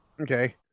Okay